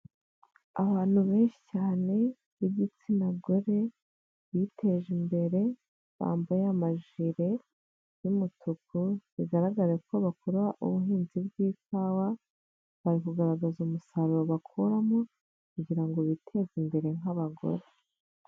Abantu benshi cyane b'igitsina gore biteje imbere, bambaye amajire y'umutuku, bigaragare ko bakora ubuhinzi bw'ikawa, bari kugaragaza umusaruro bakuramo kugira ngo biteze imbere nk'abagore.